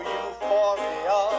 euphoria